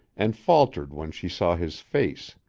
and faltered when she saw his face.